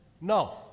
no